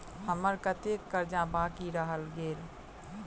हम्मर कत्तेक कर्जा बाकी रहल गेलइ?